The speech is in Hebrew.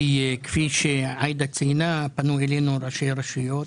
כפי שעאידה ציינה, פנו אלינו ראשי רשויות,